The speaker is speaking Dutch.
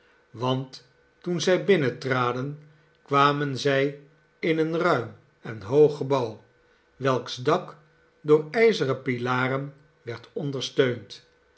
want toen zij binnentraden kwamen zij in een ruim en hoog gebouw welks dak door ijzeren pilaren werd ondersteund